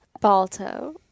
Balto